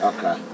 Okay